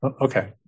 Okay